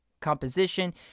composition